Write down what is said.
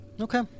okay